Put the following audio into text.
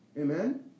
Amen